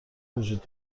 وجود